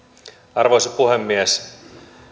arvoisa puhemies